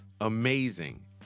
Amazing